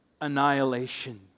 annihilation